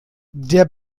der